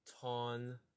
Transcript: ton